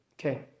Okay